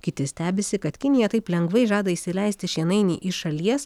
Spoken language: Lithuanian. kiti stebisi kad kinija taip lengvai žada įsileisti šienainį iš šalies